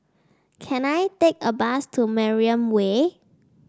can I take a bus to Mariam Way